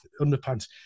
underpants